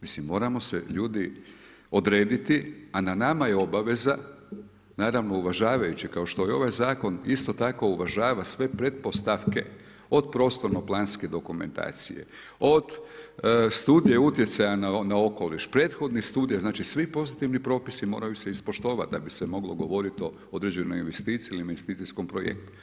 Mislim, moramo se ljudi odrediti, a na nama je obaveza, naravno uvažavajući, kao što je ovaj zakon, isto tako uvažava sve pretpostavke, od prostorne planske dokumentacije, od studije utjecaja na okoliš, prethodnih studija, znači svi pozitivni propisi moraju se ispoštovati da bi se moglo govoriti o određenoj investiciji ili investicijskom projektu.